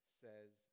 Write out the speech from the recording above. says